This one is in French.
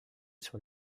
sur